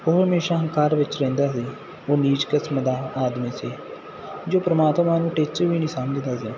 ਉਹ ਹਮੇਸ਼ਾ ਹੰਕਾਰ ਵਿੱਚ ਰਹਿੰਦਾ ਸੀ ਉਹ ਨੀਚ ਕਿਸਮ ਦਾ ਆਦਮੀ ਸੀ ਜੋ ਪਰਮਾਤਮਾ ਨੂੰ ਟਿੱਚ ਵੀ ਨਹੀਂ ਸਮਝਦਾ ਸੀ